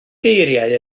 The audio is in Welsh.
geiriau